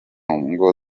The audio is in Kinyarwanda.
ngo